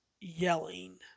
yelling